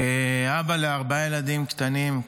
כאבא לארבעה ילדים קטנים,